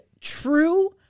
true